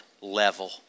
level